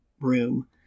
room